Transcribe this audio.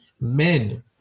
men